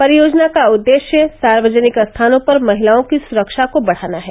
परियोजना का उद्देश्य सार्वजनिक स्थानों पर महिलाओं की सुरक्षा को बढ़ाना है